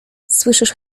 słyszysz